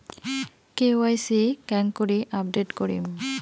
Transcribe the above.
KYC কেঙ্গকরি update করিম?